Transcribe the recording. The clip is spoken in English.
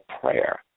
prayer